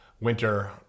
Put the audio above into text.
winter